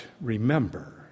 remember